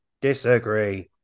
Disagree